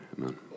amen